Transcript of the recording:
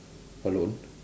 alone